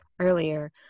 earlier